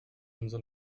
umso